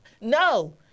No